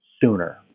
sooner